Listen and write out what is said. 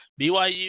BYU